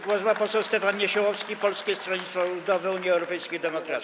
Głos ma poseł Stefan Niesiołowski, Polskie Stronnictwo Ludowe - Unia Europejskich Demokratów.